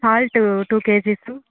salt two kgs